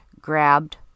grabbed